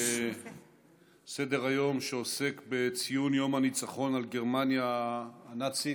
נעבור להצעות לסדר-היום בנושא: ציון יום הניצחון על גרמניה הנאצית,